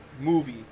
movie